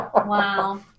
Wow